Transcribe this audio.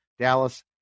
Dallas